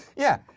yeah.